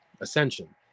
Ascension